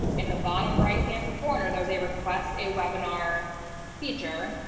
in the bottom right hand corner, there's a request a webinar feature,